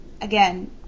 again